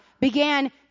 began